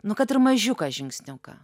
nu kad ir mažiuką žingsniuką